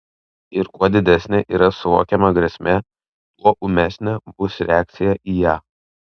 ir kuo didesnė yra suvokiama grėsmė tuo ūmesnė bus reakcija į ją